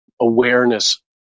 awareness